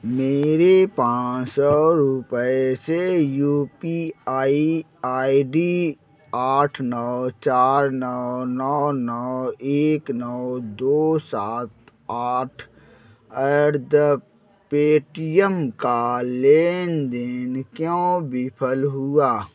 मेरे पाँच सौ रुपये से U P I I D आठ नौ चार नौ नौ नौ एक नौ दो सात आठ एट द पेटीएम का लेन देन क्यों विफल हुआ